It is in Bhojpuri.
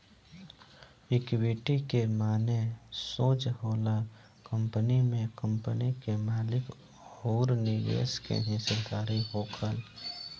इक्विटी के माने सोज होला कंपनी में कंपनी के मालिक अउर निवेशक के हिस्सेदारी होखल